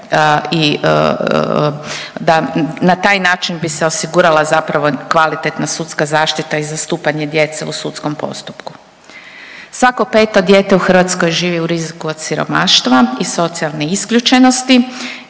i da na taj način bi se osigurala zapravo kvalitetna sudska zaštita i zastupanje djece u sudskom postupku. Svako peto dijeta u Hrvatskoj živi u riziku od siromaštva i socijalne isključenosti